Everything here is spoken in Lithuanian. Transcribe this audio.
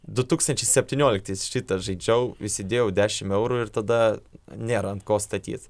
du tūkstančiai septynioliktais šitą žaidžiau įsidėjau dešim eurų ir tada nėra ant ko statyt